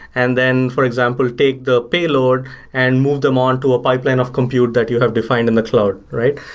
and then for example take the payload and move them on to a pipeline of compute that you have defined in the cloud, right?